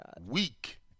Weak